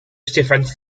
stéphane